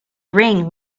ring